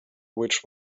which